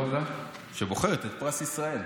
שבוחרת את פרס ישראל?